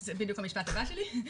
זה בדיוק המשפט הבא שלי.